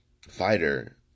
fighter